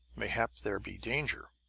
mayhap there be danger!